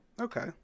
Okay